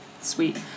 sweet